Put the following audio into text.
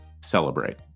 celebrate